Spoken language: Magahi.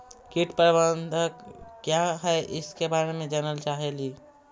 कीट प्रबनदक क्या है ईसके बारे मे जनल चाहेली?